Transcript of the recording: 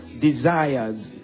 desires